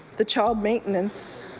the child maintenance.